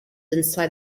inside